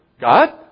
God